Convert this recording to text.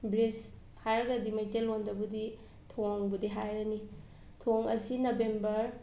bridge ꯍꯥꯏꯔꯒꯗꯤ ꯃꯩꯇꯩꯂꯣꯟꯗꯕꯨꯗꯤ ꯊꯣꯡꯕꯨꯗꯤ ꯍꯥꯏꯔꯅꯤ ꯊꯣꯡ ꯑꯁꯤ ꯅꯕꯦꯝꯕꯔ